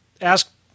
ask